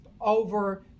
over